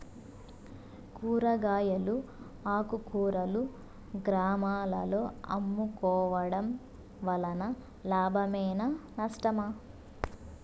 కూరగాయలు ఆకుకూరలు గ్రామాలలో అమ్ముకోవడం వలన లాభమేనా నష్టమా?